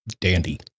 dandy